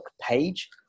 page